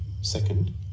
Second